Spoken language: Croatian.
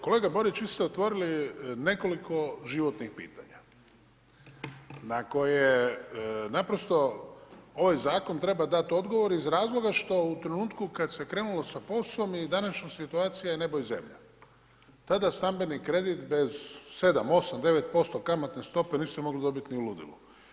Kolega Borić, vi ste otvorili nekoliko životnih pitanja na koje naprosto ovaj zakon treba dati odgovor iz razloga što u trenutku kad se krenulo sa POS-om i današnja situacija je nebo i zemlja, tada stambeni kredit bez 7, 8, 9% kamatne stope niste mogli dobiti ni u ludilu.